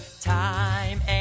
time